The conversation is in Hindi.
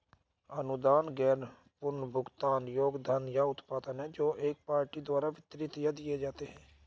अनुदान गैर पुनर्भुगतान योग्य धन या उत्पाद हैं जो एक पार्टी द्वारा वितरित या दिए जाते हैं